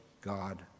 God